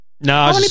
No